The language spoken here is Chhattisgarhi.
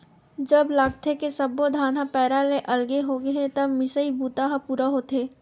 जब लागथे के सब्बो धान ह पैरा ले अलगे होगे हे तब मिसई बूता ह पूरा होथे